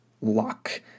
luck